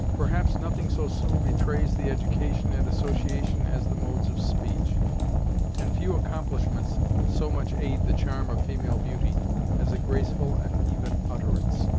perhaps nothing so soon betrays the education and association as the modes of speech and few accomplishments so much aid the charm of female beauty as a graceful and even utterance,